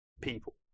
people